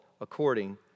according